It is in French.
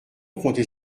compter